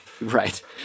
Right